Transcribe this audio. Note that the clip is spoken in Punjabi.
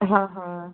ਹਾਂ ਹਾਂ